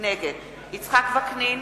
נגד יצחק וקנין,